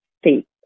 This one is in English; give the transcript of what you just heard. State